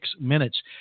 minutes